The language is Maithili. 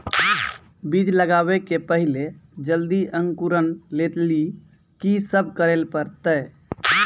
बीज लगावे के पहिले जल्दी अंकुरण लेली की सब करे ले परतै?